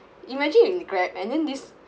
imagine you're in Grab and then this